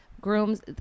grooms